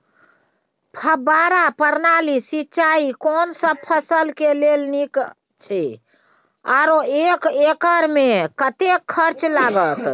फब्बारा प्रणाली सिंचाई कोनसब फसल के लेल नीक अछि आरो एक एकर मे कतेक खर्च लागत?